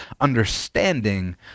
understanding